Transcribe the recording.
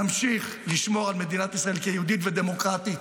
נמשיך לשמור על מדינת ישראל כיהודית ודמוקרטית.